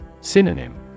Synonym